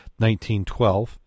1912